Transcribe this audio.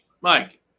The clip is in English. Mike